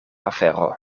afero